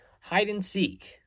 hide-and-seek